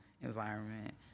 environment